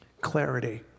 clarity